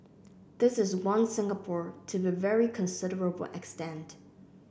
this is one Singapore to be a very considerable extent